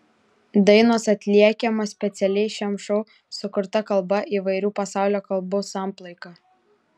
dainos atliekamos specialiai šiam šou sukurta kalba įvairių pasaulio kalbų samplaika